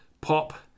Pop